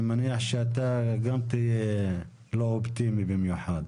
אני מניח שאתה גם תהיה לא אופטימי במיוחד.